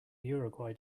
uruguay